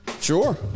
Sure